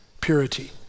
purity